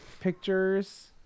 pictures